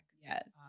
Yes